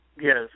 Yes